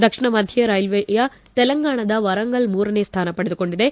ದಕ್ಷಿಣ ಮಧ್ಯೆ ರೈಲ್ವೆಯ ತೆಲಂಗಾಣದ ವಾರಂಗಲ್ ಮೂರನೇ ಸ್ಥಾನ ಪಡೆದುಕೊಂಡಿದೆ